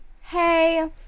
hey